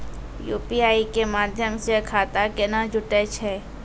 UPI के माध्यम से खाता केना जुटैय छै?